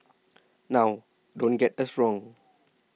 now don't get us wrong